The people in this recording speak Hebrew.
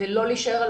ולא להישאר על